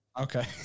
Okay